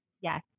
Yes